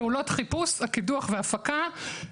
פעולות החיפוש, הקידוח וההפקה.